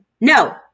No